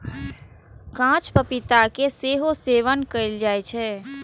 कांच पपीता के सेहो सेवन कैल जाइ छै